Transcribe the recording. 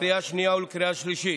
לקריאה שנייה ולקריאה שלישית.